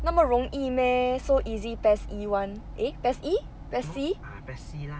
那么容易 meh so easy PES E one eh PES E PES C